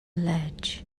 ledge